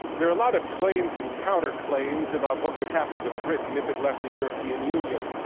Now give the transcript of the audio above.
there are a lot of claims and counterclaims about what would happen to britain if it left the european union.